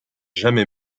jamais